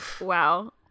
wow